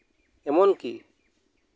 ᱮᱢᱚᱱ ᱠᱤ